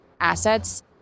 assets